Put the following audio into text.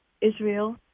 Israel